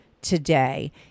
today